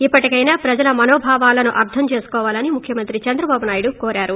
ఇప్పటికైనా ప్రజల మనోభావాలను అర్దం చేసుకోవాలని ముఖ్యమంత్రి చంద్రబాబు నాయుడు కోరారు